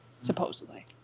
supposedly